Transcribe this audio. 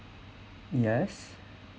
yes